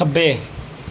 खब्बै